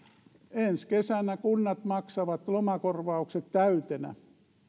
ensi kesänä kunnat maksavat lomakorvaukset täytenä